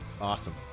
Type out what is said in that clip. Awesome